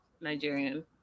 Nigerian